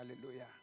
hallelujah